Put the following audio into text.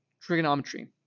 trigonometry